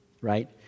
right